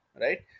right